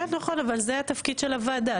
נכון אבל זה התפקיד של הוועדה.